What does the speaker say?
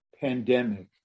pandemic